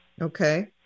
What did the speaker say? Okay